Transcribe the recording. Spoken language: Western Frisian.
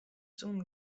soenen